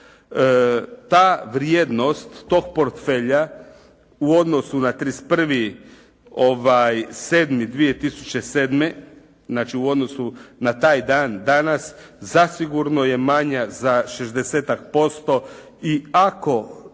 Ta vrijednost tog portfelja u odnosu na 31.7.2007., znači u odnosu na taj dan danas zasigurno je manja za šezdesetak